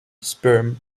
sperm